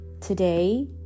today